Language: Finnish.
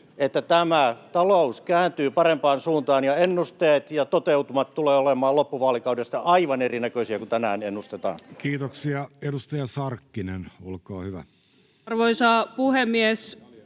että tämä talous kääntyy parempaan suuntaan ja ennusteet ja toteutumat tulevat olemaan loppuvaalikaudesta aivan erinäköisiä kuin tänään ennustetaan. Kiitoksia. — Edustaja Sarkkinen, olkaa hyvä. Arvoisa puhemies!